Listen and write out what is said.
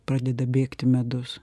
pradeda bėgti medus